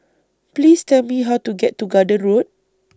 Please Tell Me How to get to Garden Road